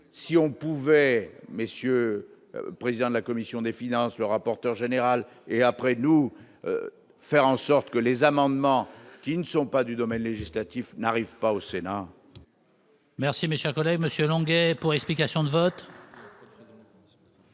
si on pouvait messieurs, président de la commission des finances, le rapporteur général et après nous, faire en sorte que les amendements qui ne sont pas du domaine législatif n'arrive pas au Sénat. Merci, mes chers collègues monsieur Longuet pour explication de vote.